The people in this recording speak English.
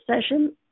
session